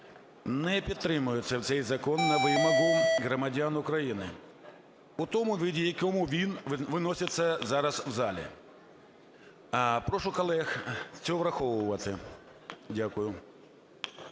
не підтримуємо цей закон на вимогу громадян України у тому виді, в якому він виноситься зараз в залі. Прошу колег це враховувати. Дякую.